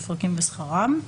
מפרקים ושכרם),